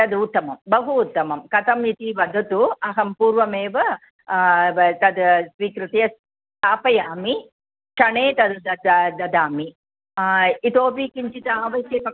तद् उत्तमं बहु उत्तमं कथम् इति वदतु अहं पूर्वमेव व तद् स्वीकृत्य स्थापयामि क्षणे तद् ददामि इतोपि किञ्चित् आवश्यकं